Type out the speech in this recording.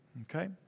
Okay